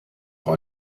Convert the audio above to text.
auch